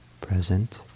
present